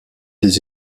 des